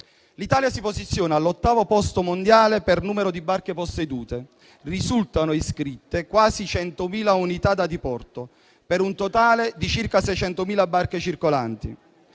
L'Italia si posiziona all'ottavo posto mondiale per numero di barche possedute. Risultano iscritte quasi 100.000 unità da diporto, per un totale di circa 600.000 barche circolanti.